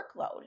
workload